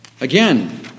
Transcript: Again